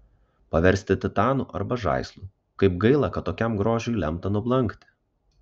paversti titanu arba žaislu kaip gaila kad tokiam grožiui lemta nublankti